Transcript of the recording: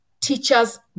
teachers